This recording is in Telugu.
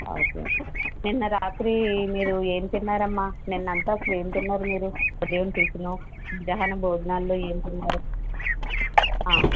ఓకే నిన్న రాత్రి మీరు ఏం తిన్నారమ్మా నిన్న అంతా అసలు ఏం తిన్నారు మీరు ఉదయం టిఫిను మధ్యాహ్నం భోజనాల్లో ఏం తిన్నారు ఆ